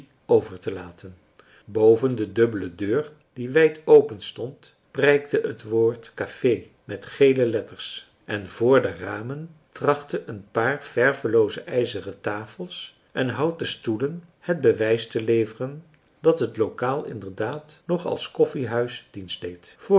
overtelaten boven de dubbele deur die wijd openstond prijkte het woord café met gele letters en voor de ramen trachtten een paar vervelooze ijzeren marcellus emants een drietal novellen tafels en houten stoelen het bewijs te leveren dat het lokaal inderdaad nog als koffiehuis dienst deed